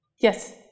Yes